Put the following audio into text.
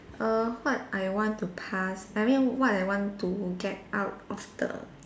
err what I want to pass I mean what I want to get out of the